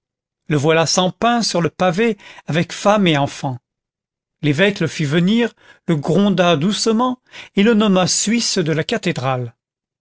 le voilà sans pain sur le pavé avec femme et enfants l'évêque le fit venir le gronda doucement et le nomma suisse de la cathédrale